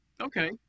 Okay